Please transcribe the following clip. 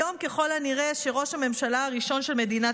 היום ככל הנראה שראש הממשלה הראשון של מדינת